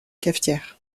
cafetière